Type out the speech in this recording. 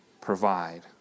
provide